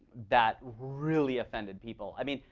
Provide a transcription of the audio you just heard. that really offended people. i mean,